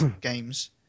games